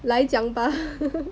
来讲吧